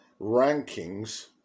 rankings